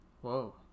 Whoa